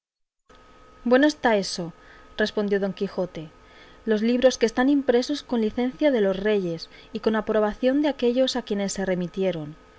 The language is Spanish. bueno está eso respondió don quijote los libros que están impresos con licencia de los reyes y con aprobación de aquellos a quien se remitieron